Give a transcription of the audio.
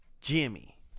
Jimmy